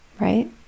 right